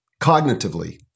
cognitively